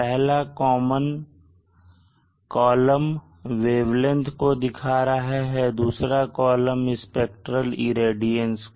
पहला column wavelength को दिखा रहा है दूसरा कॉलम स्पेक्ट्रेल रेडियंस को